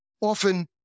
often